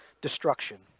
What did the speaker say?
destruction